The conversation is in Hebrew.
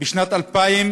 בשנת 2010,